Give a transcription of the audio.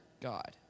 God